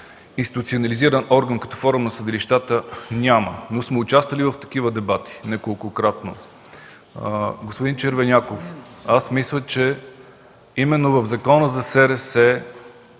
институционализиран орган като Форум на съдилищата няма, но сме участвали в такива дебати неколкократно. Господин Червеняков, мисля, че именно в Закона за СРС е